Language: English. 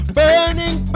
burning